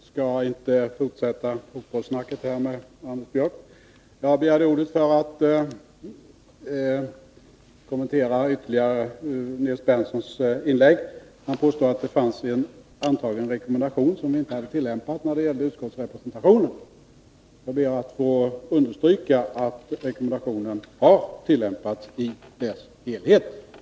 Herr talman! Jag skall inte fortsätta ”fotbollssnacket” med Anders Björck. Jag begärde ordet för att ytterligare kommentera Nils Berndtsons inlägg. Han påstod att det finns en antagen rekommendation när det gäller utskottsrepresentationen som vi inte har tillämpat. Jag ber att få understryka att rekommendationen har tillämpats — i dess helhet.